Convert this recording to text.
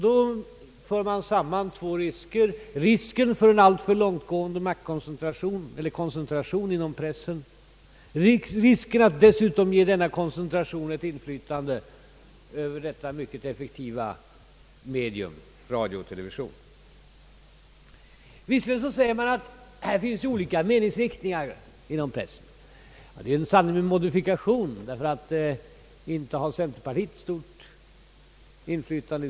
Man för alltså samman två risker — risken för en alltför långtgående maktkoncentration inom pressen och risken att dessutom ge denna koncentration ett inflytande över det mycket effektiva mediet radio-TV. Visserligen sägs det att det finns olika meningsriktningar inom pressen. Det är en sanning med modifikation; i så fall har centerpartiet inte stort inflytande.